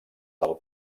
del